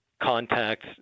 contact